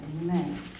Amen